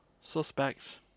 suspects